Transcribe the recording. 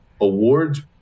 Awards